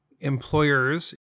Employers